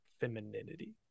femininity